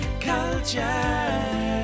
culture